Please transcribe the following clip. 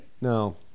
No